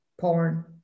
porn